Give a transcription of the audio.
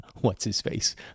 What's-his-face